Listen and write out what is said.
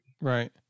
Right